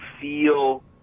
feel